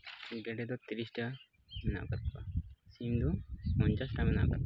ᱜᱮᱰᱮ ᱫᱚ ᱛᱤᱨᱤᱥᱴᱤ ᱦᱮᱱᱟᱜ ᱟᱠᱟᱫ ᱠᱚᱣᱟ ᱥᱤᱢ ᱫᱚ ᱯᱚᱧᱪᱟᱥᱴᱤ ᱢᱮᱱᱟᱜ ᱟᱠᱟᱫ ᱠᱚᱣᱟ